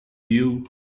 you